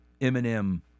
Eminem